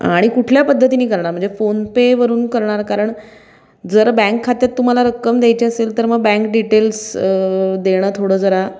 आणि कुठल्या पद्धतीने करणार म्हणजे फोनपेवरून करणार कारण जर बँक खात्यात तुम्हाला रक्कम द्यायची असेल तर मग बँक डिटेल्स देणं थोडं जरा